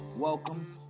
welcome